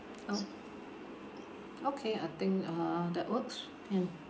orh okay I think uh that works can